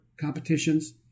competitions